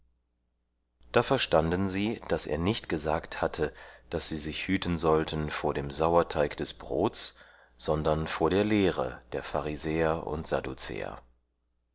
da verstanden sie daß er nicht gesagt hatte daß sie sich hüten sollten vor dem sauerteig des brots sondern vor der lehre der pharisäer und